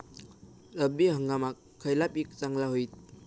रब्बी हंगामाक खयला पीक चांगला होईत?